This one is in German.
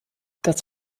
das